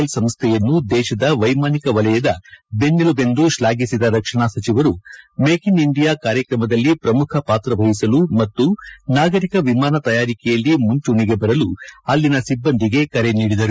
L ಸಂಸ್ಥೆಯನ್ನು ದೇಶದ ವೈಮಾನಿಕ ವಲಯದ ಬೆನ್ನೆಲುಬೆಂದು ಶ್ಲಾಘಿಸಿದ ರಕ್ಷಣಾ ಸಚಿವರು ಮೇಕ್ ಇನ್ ಇಂಡಿಯಾ ಕಾರ್ಯಕ್ರಮದಲ್ಲಿ ಪ್ರಮುಖ ಪಾತ್ರ ವಹಿಸಲು ಮತ್ತು ನಾಗರಿಕ ವಿಮಾನ ತಯಾರಿಕೆಯಲ್ಲಿ ಮೂಂಚೂಣಿಗೆ ಬರಲು ಅಲ್ಲಿನ ಸಿಬ್ಬಂದಿಗೆ ಕರೆ ನೀಡಿದರು